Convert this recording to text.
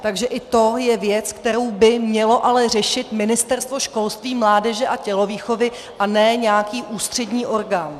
Takže i to je věc, kterou by mělo řešit Ministerstvo školství, mládeže a tělovýchovy a ne nějaký ústřední orgán.